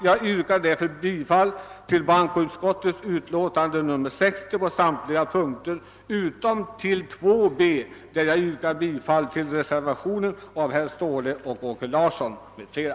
Jag yrkar bifall till utskottets utlåtande nr 60 på samtliga punkter utom B, där jag yrkar bifall till reservationen av herr Ståhle m.fl.